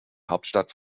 hauptstadt